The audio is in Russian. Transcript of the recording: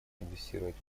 инвестировать